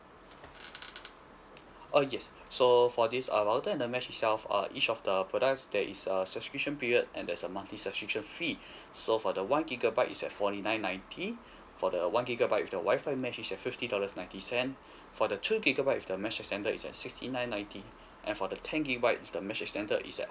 oh yes so for this err router and the mesh itself uh each of the products there is a subscription period and there's a monthly subscription fee so for the one gigabyte is at forty nine ninety for the one gigabyte with the wi-fi mesh is at fifty dollars ninety cent for the two gigabyte with the mesh extender is at sixty nine ninety and for the ten gigabyte with the mesh extender is at